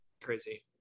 crazy